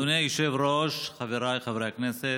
אדוני היושב-ראש, חבריי חברי הכנסת,